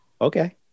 Okay